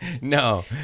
No